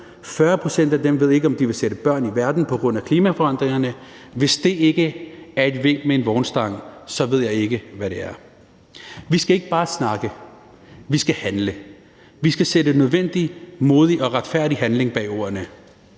40 pct. af dem ved ikke, om de vil sætte børn i verden på grund af klimaforandringerne. Hvis det ikke er et vink med en vognstang, så ved jeg ikke, hvad det er. Vi skal ikke bare snakke, vi skal handle. Vi skal sætte nødvendig, modig og retfærdig handling bag ordene.